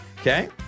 Okay